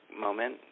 moment